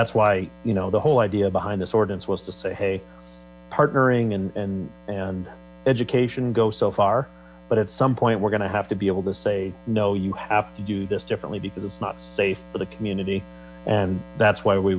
that's why you know the whole idea behind this audience was to say hey partnering and and education go so far but at some point we're gonna have to be able to say no you have to do this differently because it's not safe the cmmunity and that's why we